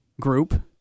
group